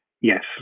Yes